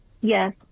Yes